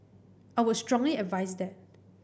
I would strongly advise that